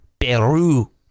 Peru